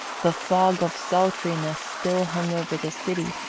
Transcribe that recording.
the fog of sultriness still hung over the city,